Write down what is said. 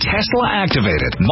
Tesla-activated